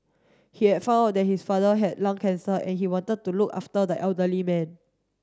he had found out that his father had lung cancer and he wanted to look after the elderly man